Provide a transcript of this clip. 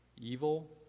evil